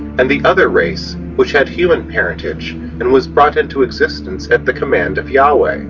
and the other race which had human parentage and was brought into existence at the command of yahveh.